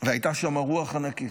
והייתה שם רוח ענקית.